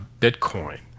Bitcoin